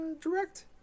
direct